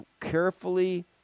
carefully